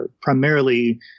primarily